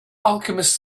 alchemist